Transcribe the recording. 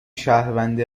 شهروند